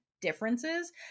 differences